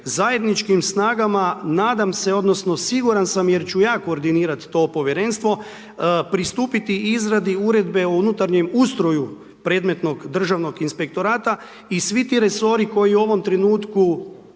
zajedničkim snagama nadam se odnosno siguran sam jer ću ja koordinirat to povjerenstvo pristupiti izradi uredbe o unutarnjem ustroju predmetnog državnog inspektorata i svi ti resori koji u ovom trenutku